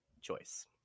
choice